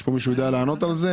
יש כאן מישהו שיודע לענות על זה?